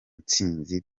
ntsinzi